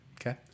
Okay